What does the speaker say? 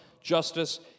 justice